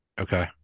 Okay